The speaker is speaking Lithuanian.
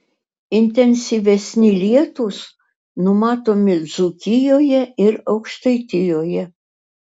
intensyvesni lietūs numatomi dzūkijoje ir aukštaitijoje